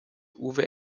uwe